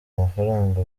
amafranga